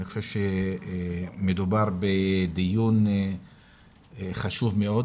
אני חושב שמדובר בדיון חשוב מאוד